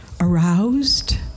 aroused